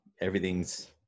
everything's